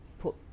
put